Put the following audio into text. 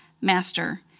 Master